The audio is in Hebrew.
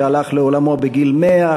שהלך לעולמו בגיל 100,